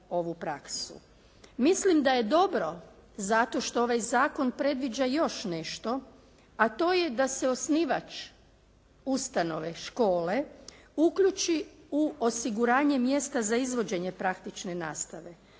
Mislim da je dobro zato što ovaj zakon predviđa još nešto a to je da se osnivač ustanove, škole uključi u osiguranje mjesta za izvođenje praktične nastave